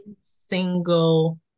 single